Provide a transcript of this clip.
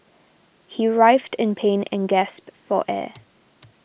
he writhed in pain and gasped for air